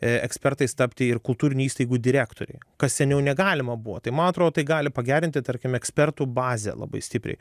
ekspertais tapti ir kultūrinių įstaigų direktoriai kas seniau negalima buvo tai man atrodo tai gali pagerinti tarkim ekspertų bazę labai stipriai